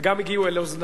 וגם הגיעו לאוזני.